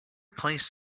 placed